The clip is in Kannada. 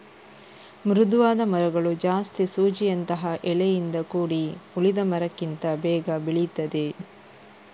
ಮೃದುವಾದ ಮರಗಳು ಜಾಸ್ತಿ ಸೂಜಿಯಂತಹ ಎಲೆಯಿಂದ ಕೂಡಿ ಉಳಿದ ಮರಕ್ಕಿಂತ ಬೇಗ ಬೆಳೀತದೆ